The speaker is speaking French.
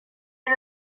est